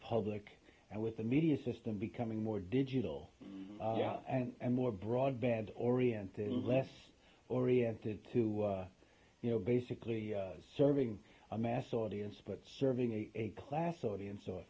public and with the media system becoming more digital and more broadband oriented and less oriented to you know basically serving a mass audience but serving a class audience or